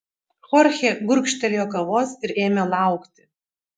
chorchė gurkštelėjo kavos ir ėmė laukti